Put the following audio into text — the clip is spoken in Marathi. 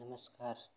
नमस्कार